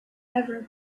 ever